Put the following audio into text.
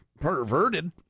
Perverted